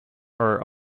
are